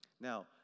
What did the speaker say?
Now